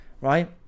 right